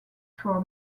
for